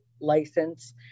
license